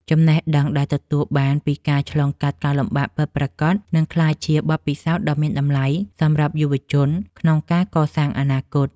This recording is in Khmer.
ចំណេះដឹងដែលទទួលបានពីការឆ្លងកាត់ការលំបាកពិតប្រាកដ នឹងក្លាយជាបទពិសោធន៍ដ៏មានតម្លៃសម្រាប់យុវជនក្នុងការកសាងអនាគត។